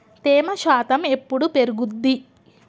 తేమ శాతం ఎప్పుడు పెరుగుద్ది?